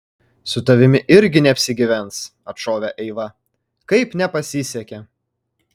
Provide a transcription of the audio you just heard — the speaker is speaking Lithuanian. su tavimi irgi neapsigyvens atšovė eiva kaip nepasisekė